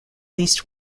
least